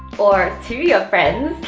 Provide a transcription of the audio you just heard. or to your friends,